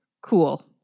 Cool